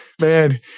man